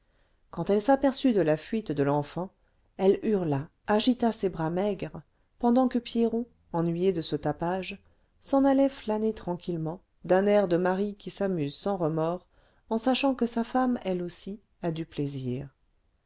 quand elle s'aperçut de la fuite de l'enfant elle hurla agita ses bras maigres pendant que pierron ennuyé de ce tapage s'en allait flâner tranquillement d'un air de mari qui s'amuse sans remords en sachant que sa femme elle aussi a du plaisir